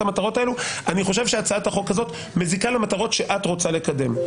המטרות האלה אני חושב שהצעת החוק הזאת מזיקה למטרות שאת רוצה לקדם.